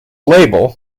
label